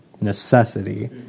necessity